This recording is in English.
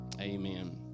amen